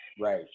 Right